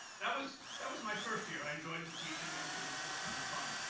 that was that was my first year. i enjoyed the teaching, everything was just kind of fun.